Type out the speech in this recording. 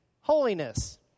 holiness